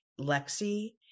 lexi